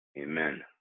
Amen